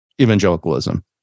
evangelicalism